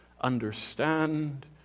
understand